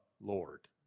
Lord